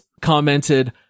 commented